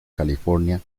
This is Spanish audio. california